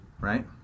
right